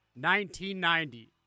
1990